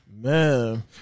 Man